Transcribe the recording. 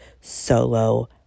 solo